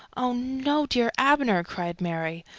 oh, no, dear abner! cried mary.